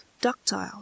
ductile